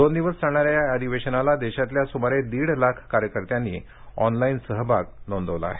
दोन दिवस चालणाऱ्या या अधिवेशनाला देशातल्या सुमारे दीड लाख कार्यकत्यांनी ऑनलाईन सहभाग नोंदवला आहे